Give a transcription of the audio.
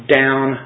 down